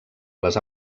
les